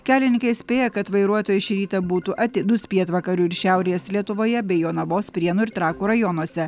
kelininkai įspėja kad vairuotojai šį rytą būtų atidūs pietvakarių ir šiaurės lietuvoje bei jonavos prienų ir trakų rajonuose